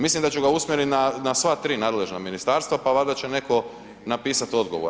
Mislim da ću ga usmjeriti na sva tri nadležna ministarstva pa valjda će neko napisati odgovor.